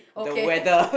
the weather